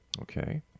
Okay